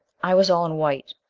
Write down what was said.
i was all in white,